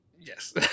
Yes